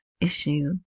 issue